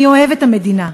אני אוהב את המדינה,